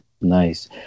Nice